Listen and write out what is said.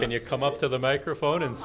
can you come up to the microphone and